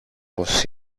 πώς